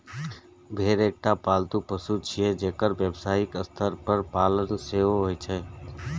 भेड़ एकटा पालतू पशु छियै, जेकर व्यावसायिक स्तर पर पालन सेहो होइ छै